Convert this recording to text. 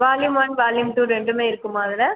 volume one volume two ரெண்டுமே இருக்குமா அதில்